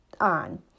on